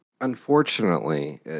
unfortunately